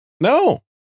No